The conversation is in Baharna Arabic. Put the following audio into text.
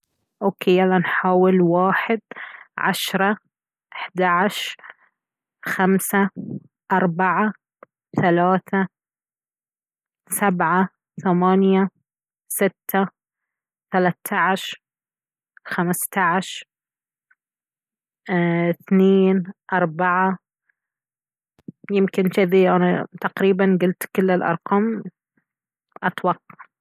اوكي يلا نحاول واحد عشرة احدى عشر خمسة اربعة ثلاثة سبعة ثمانية ستة ثلاثة عشر خمسة عشر اثنين اربعة يمكن جذي انا تقريبا قلت كل الارقام اتوقع